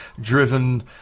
driven